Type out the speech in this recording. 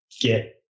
get